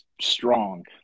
strong